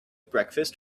breakfast